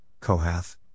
Kohath